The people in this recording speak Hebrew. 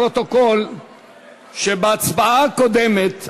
אני רוצה להודיע לפרוטוקול שבהצבעה הקודמת,